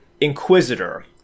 Inquisitor